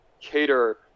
cater